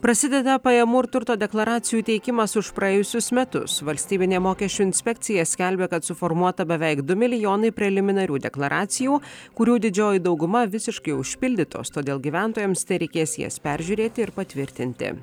prasideda pajamų ir turto deklaracijų teikimas už praėjusius metus valstybinė mokesčių inspekcija skelbia kad suformuota beveik du milijonai preliminarių deklaracijų kurių didžioji dauguma visiškai užpildytos todėl gyventojams tereikės jas peržiūrėti ir patvirtinti